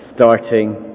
starting